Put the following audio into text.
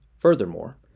Furthermore